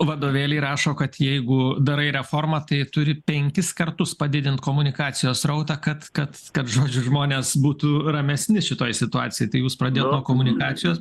vadovėliai rašo kad jeigu darai reformą tai turi penkis kartus padidint komunikacijos srautą kad kad kad žodžiu žmonės būtų ramesni šitoj situacijoj tai jūs pradėjot nuo komunikacijos